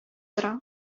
тора